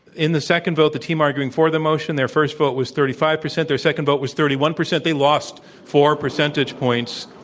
in the second vote, the team arguing for the motion, their first vote was thirty five percent. their second vote was thirty one percent. they lost four percentage points.